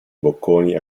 bocconi